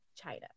China